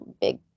big